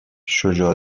شجاع